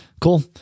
Cool